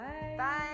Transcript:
bye